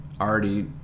already